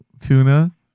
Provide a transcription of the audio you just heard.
tuna